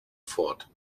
fort